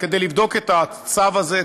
כדי לבדוק את הצו הזה,